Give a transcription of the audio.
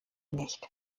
nicht